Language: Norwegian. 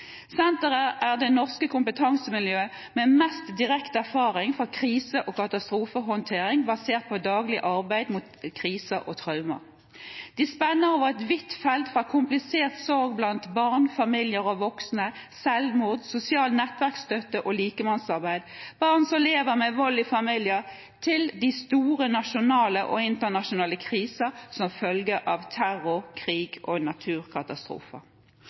Senteret er det norske kompetansemiljøet med mest direkte erfaring fra krise- og katastrofehåndtering basert på daglig arbeid med kriser og traumer. De spenner over et vidt felt, fra komplisert sorg blant barn, familier og voksne, selvmord, sosial nettverksstøtte, likemannsarbeid og barn som lever med vold i familien, til de store nasjonale og internasjonale krisene som følger av terror, krig og naturkatastrofer.